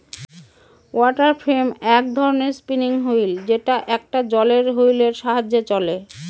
water frame এক ধরনের spinning wheel যেটা একটা জলের হুইলের সাহায্যে চলে